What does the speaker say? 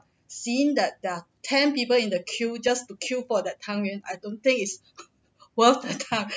seeing that there are ten people in the queue just to queue for that tang yuan I don't think is worth the time